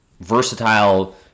versatile